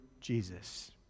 Jesus